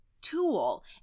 tool